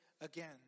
again